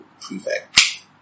prefect